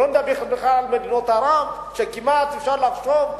שלא לדבר בכלל על מדינות ערב שכמעט אפשר לחשוב,